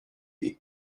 hiv